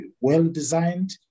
well-designed